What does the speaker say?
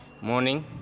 morning